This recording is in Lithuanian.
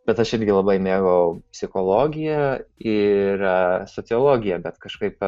bet aš irgi labai mėgau psichologiją ir sociologiją bet kažkaip